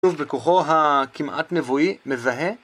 ובכוחו הכמעט נבואי מזהה